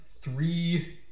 three